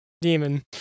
demon